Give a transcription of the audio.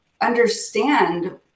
understand